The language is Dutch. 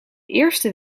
eerste